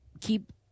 keep